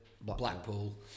Blackpool